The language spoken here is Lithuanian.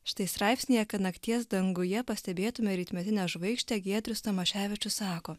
štai straipsnyje kad nakties danguje pastebėtume rytmetinę žvaigždę giedrius tamaševičius sako